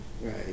Right